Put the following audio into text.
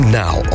now